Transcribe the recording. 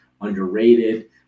Underrated